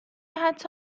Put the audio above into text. حتی